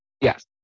Yes